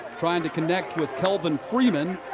trying to connect with kelvin freeman.